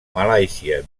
malàisia